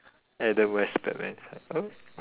Adam West Batman who